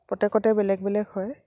প্ৰত্যেকতে বেলেগ বেলেগ হয়